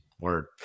word